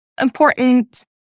important